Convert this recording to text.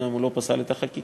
אומנם הוא לא פסל את החקיקה,